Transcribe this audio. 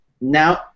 now